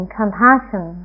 compassion